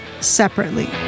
separately